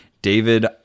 David